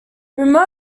remote